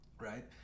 Right